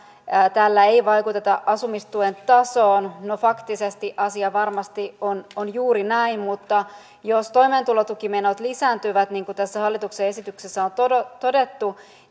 tällä ei vaikuteta asumistuen tasoon no faktisesti asia varmasti on on juuri näin mutta jos toimeentulotukimenot lisääntyvät niin kuin tässä hallituksen esityksessä on todettu todettu